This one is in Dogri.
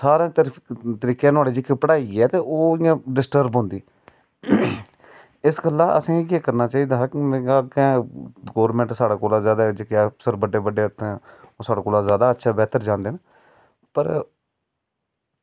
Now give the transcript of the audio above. ते सारे तरीकै जेह्की नुहाड़ी पढ़ाई ऐ ओह् डिस्टर्ब होंदी ते इस गल्ला असें केह् करना चाहिदा कि गौरमेंट साढ़े कोला जादै की उत्थें बड्डे बड्डे अफसर जेह्के ओह् साढ़े कोला अच्चा बेह्तर जानदे न पर